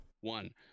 one